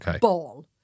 ball